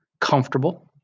comfortable